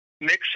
mix